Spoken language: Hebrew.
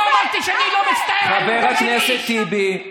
שמעתי את זה, שאת לא מצטערת על הריגת של שירין.